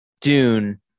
Dune